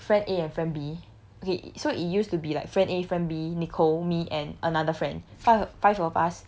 so the thing is like friend A and friend B okay it used to be like friend A friend B nicole me and another friend